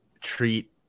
treat